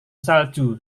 salju